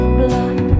blood